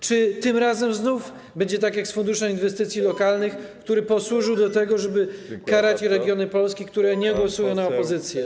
Czy tym razem znów będzie tak jak z funduszem inwestycji lokalnych, który posłużył do tego, żeby karać regiony Polski, które głosują na opozycję?